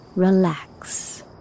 Relax